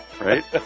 Right